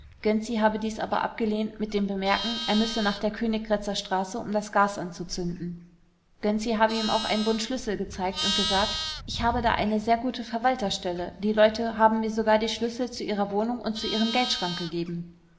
habe dies aber abgelehnt mit dem bemerken er müsse nach der königgrätzer straße um das gas anzuzünden gönczi habe ihm auch einen bund schlüssel gezeigt und gesagt ich habe da eine sehr gute verwalterstelle die leute haben mir sogar die schlüssel zu ihrer wohnung und zu ihrem geldschrank gegeben